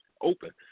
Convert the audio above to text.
open